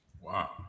Wow